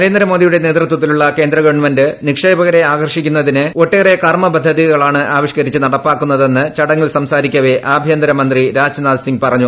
നരേന്ദ്രമോദിയുടെ നേതൃത്തിലുള്ള കേന്ദ്ര ഗവൺമെന്റ് നിക്ഷേപകരെ ആകർഷിക്കുന്നതിന് ഒട്ടേറെ കർമ്മ പദ്ധതികളാണ് ആവിഷ്ക്കരിച്ച് നടപ്പാക്കുന്നതെന്ന് ചടങ്ങിൽ സംസാരിക്കവെ ആഭ്യന്തരമന്ത്രി രാജ്നാഥ് സിംഗ് പറഞ്ഞു